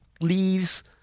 leaves